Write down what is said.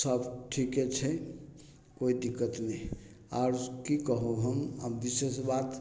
सब ठीके छै कोइ दिक्कत नहि आओर की कहू हम आब विशेष बात